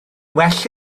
well